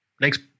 Next